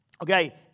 Okay